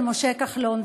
של משה כחלון.